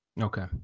Okay